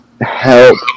help